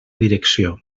direcció